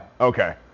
Okay